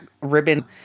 ribbon